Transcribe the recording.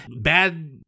bad